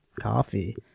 coffee